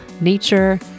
nature